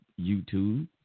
YouTube